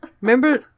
Remember